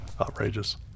outrageous